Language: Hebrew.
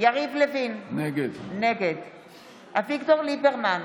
יריב לוין, נגד אביגדור ליברמן,